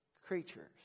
creatures